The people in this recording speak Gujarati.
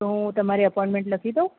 તો હું તમારી અપોઇન્ટમેન્ટ લખી દઉં